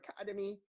Academy